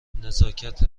نزاکت